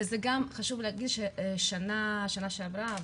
וזה גם חשוב להגיד, ששנה שעברה